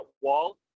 wall